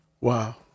Wow